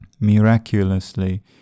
Miraculously